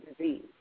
Disease